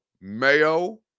Mayo